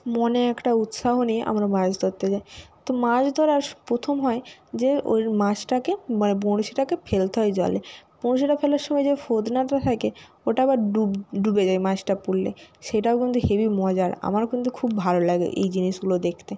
মনে একটা উৎসাহ নিয়ে আমরা মাছ ধরতে যাই তো মাছ ধরার প্রথম হয় যে ওই মাছটাকে মানে বড়শিটাকে ফেলতে হয় জলে বড়শিটা ফেলার সময় যে ফাতনাটা থাকে ওটা আবার ডুব ডুবে যায় মাছটা পড়লে সেটাও কিন্তু হেবি মজার আমার কিন্তু খুব ভালো লাগে এই জিনিসগুলো দেখতে